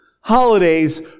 holidays